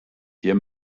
wir